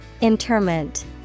Interment